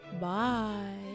bye